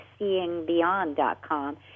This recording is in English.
seeingbeyond.com